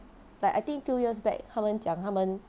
like I think few years back 他们讲他们